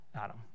Adam